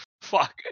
Fuck